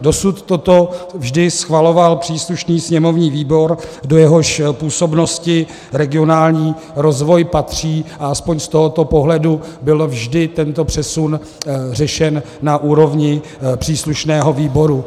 Dosud toto vždy schvaloval příslušný sněmovní výbor, do jehož působnosti regionální rozvoj patří, a aspoň z tohoto pohledu byl vždy tento přesun řešen na úrovni příslušného výboru.